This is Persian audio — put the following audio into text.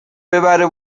ببره